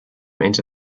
enter